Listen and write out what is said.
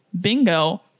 bingo